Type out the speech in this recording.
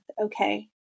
okay